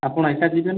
ଆପଣ ଏକା ଯିବେ ନା